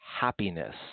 happiness